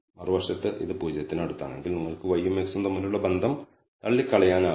മറുവശത്ത് ഇത് 0 ന് അടുത്താണെങ്കിൽ നിങ്ങൾക്ക് y യും x ഉം തമ്മിലുള്ള ബന്ധം തള്ളിക്കളയാനാവില്ല